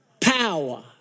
power